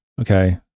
okay